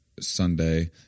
Sunday